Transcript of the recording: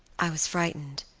i was frightened,